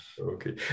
Okay